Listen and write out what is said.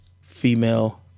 female